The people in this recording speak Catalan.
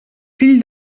fill